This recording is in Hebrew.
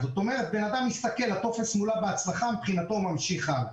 אבל הבן אדם שרואה שהטופס מולא בהצלחה ממשיך הלאה.